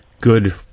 good